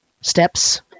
steps